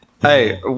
Hey